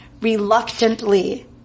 reluctantly